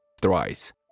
thrice